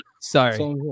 sorry